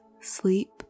Sleep